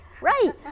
right